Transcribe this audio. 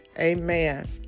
Amen